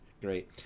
Great